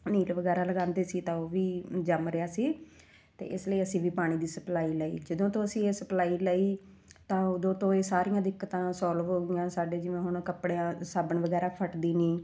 ਨੀਲ ਵਗੈਰਾ ਲਗਾਉਂਦੇ ਸੀ ਤਾਂ ਉਹ ਵੀ ਜੰਮ ਰਿਹਾ ਸੀ ਅਤੇ ਇਸ ਲਈ ਅਸੀਂ ਵੀ ਪਾਣੀ ਦੀ ਸਪਲਾਈ ਲਈ ਜਦੋਂ ਤੋਂ ਅਸੀਂ ਇਹ ਸਪਲਾਈ ਲਈ ਤਾਂ ਉਦੋਂ ਤੋਂ ਇਹ ਸਾਰੀਆਂ ਦਿੱਕਤਾਂ ਸੋਲਵ ਹੋ ਗਈਆਂ ਸਾਡੇ ਜਿਵੇਂ ਹੁਣ ਕੱਪੜਿਆਂ ਸਾਬਣ ਵਗੈਰਾ ਫਟਦੀ ਨਹੀਂ